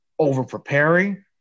overpreparing